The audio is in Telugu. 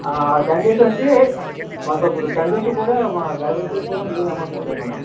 ఆ టెన్ డేస్ అంటే మొత్తం టెన్ డేసు కూడా డ్రైవర్ కూడా మొత్తం మీరే అమౌంట్ కట్టాలి మేడం